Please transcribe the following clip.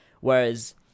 Whereas